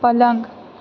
पलङ्ग